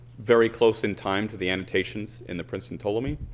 very close in time to the annotations in the princeton ptolemy.